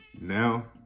now